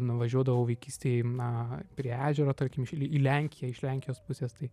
nuvažiuodavau vaikystėj na prie ežero tarkim iš li į lenkiją iš lenkijos pusės tai